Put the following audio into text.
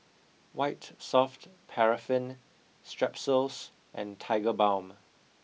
white soft paraffin Strepsils and Tigerbalm